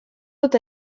eta